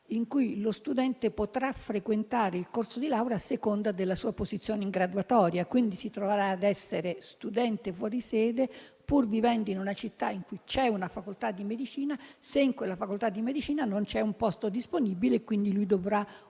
per cui lo studente potrà frequentare il corso di laurea a seconda della propria posizione in graduatoria. Si troverà, quindi, ad essere studente fuori sede, pur vivendo in una città in cui c'è una facoltà di medicina, se in quella facoltà di medicina non c'è un posto disponibile e quindi dovrà optare